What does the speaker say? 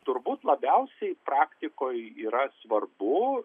turbūt labiausiai praktikoj yra svarbu